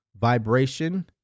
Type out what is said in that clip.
Vibration